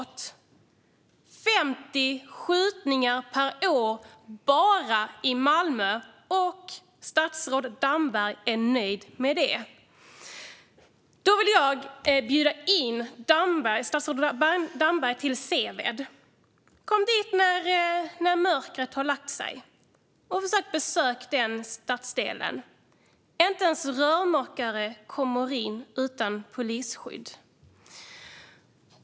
Det är 50 skjutningar i år bara i Malmö, och statsrådet Damberg är nöjd med det. Jag vill därför bjuda in statsrådet Damberg till Seved. Kom dit när mörkret har lagt sig och försök besöka den stadsdelen! Inte ens rörmokare kommer in utan polisskydd.